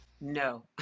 No